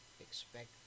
expect